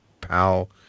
pal